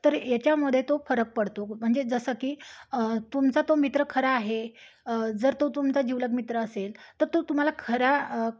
तर याच्यामध्ये तो फरक पडतो म्हणजे जसं की तुमचा तो मित्र खरा आहे जर तो तुमचा जिवलग मित्र असेल तर तो तुम्हाला खरा